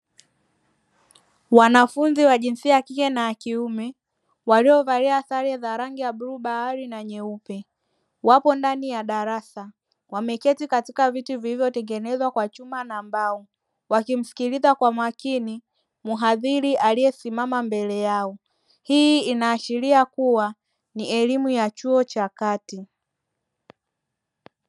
Wanafunzi wa jinsia ya kike na ya kiume waliovalia sare za rangi ya bluu bahari na nyeupe wapo ndani ya darasa, wameketi katika viti vilivyotengenezwa kwa chuma na mbao wakimsikiliza kwa makini mhadhiri aliyesimama mbele yao. Hii inaashiria kuwa ni elimu ya chuo cha kati.